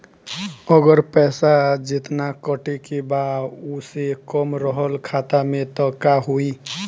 अगर पैसा जेतना कटे के बा ओसे कम रहल खाता मे त का होई?